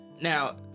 Now